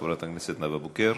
חברת הכנסת נאוה בוקר.